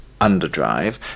underdrive